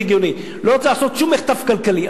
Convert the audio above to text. לא רוצה לעשות שום מחטף כלכלי.